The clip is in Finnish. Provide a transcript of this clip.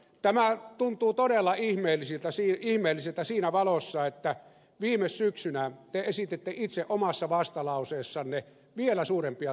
tämä tuntuu todella ihmeelliseltä siinä valossa että viime syksynä te esititte itse omassa vastalauseessanne vielä suurempia tuloveron alennuksia kuin hallitus